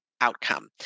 outcome